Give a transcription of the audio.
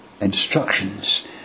instructions